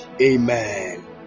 Amen